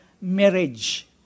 marriage